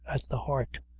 at the heart,